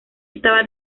estaba